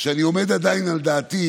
שאני עומד עדיין על דעתי